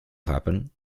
happen